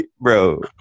bro